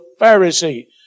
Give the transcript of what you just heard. Pharisee